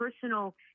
personal